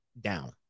down